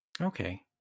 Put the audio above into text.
Okay